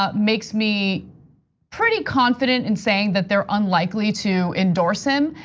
ah makes me pretty confident in saying that they're unlikely to endorse him.